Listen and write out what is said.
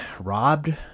robbed